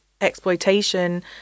exploitation